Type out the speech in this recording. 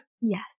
Yes